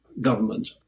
government